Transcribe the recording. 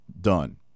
Done